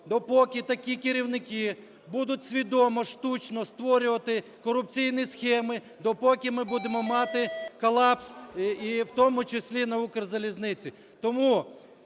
допоки такі керівники будуть свідомо штучно створювати корупційні схеми, доти ми будемо мати колапс і в тому числі на "Укрзалізниці".